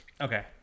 Okay